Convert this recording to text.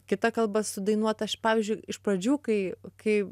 kita kalba sudainuota aš pavyzdžiui iš pradžių kai kai